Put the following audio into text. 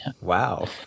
Wow